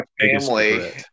family